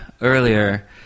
earlier